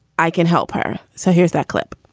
i can help her. so here's that clip